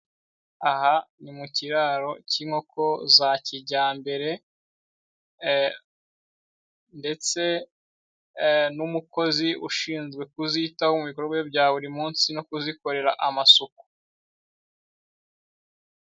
Aha ni mu kiraro cy'inkoko za kijyambere, ndetse n'umukozi ushinzwe kuzitaho mu bikorwa bya buri munsi no kuzikorera amasuku.